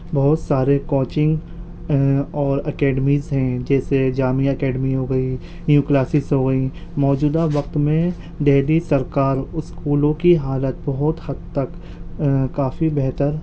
بہت سارے کوچنگ اور اکیڈمیز ہیں جیسے جامعہ اکیڈمی ہو گئی نیو کلاسز ہو گئی موجودہ وقت میں دہلی سرکار اسکولوں کی حالت بہت حد تک کافی بہتر